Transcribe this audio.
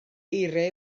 eiriau